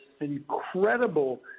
incredible